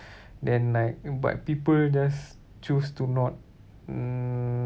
then like but people just choose to not mm